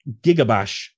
Gigabash